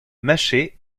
mâché